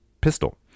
pistol